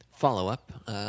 follow-up